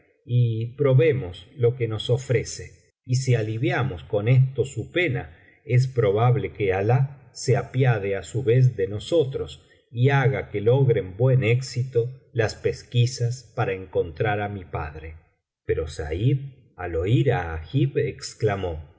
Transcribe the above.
y probemos lo que nos ofrece y si aliviamos con esto su pena es probable que alah se apiade á su vez de nosotros y haga que logren buen éxito las pesquisas para encontrar á mi padre pero said al oir á agib exclamó